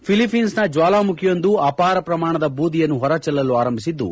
ಫಿಲಿಪೀನ್ಸ್ನ ಜ್ವಾಲಾಮುಖಿಯೊಂದು ಅಪಾರ ಪ್ರಮಾಣದ ಬೂದಿಯನ್ನು ಹೊರಚೆಲ್ಲಲು ಆರಂಭಿಸಿದ್ದು